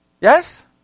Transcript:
Yes